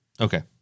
okay